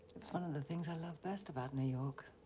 it's one of the things i love best about new york.